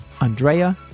Andrea